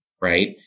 right